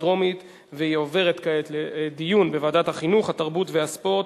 לדיון מוקדם בוועדת החינוך, התרבות והספורט